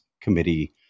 Committee